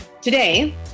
Today